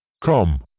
Come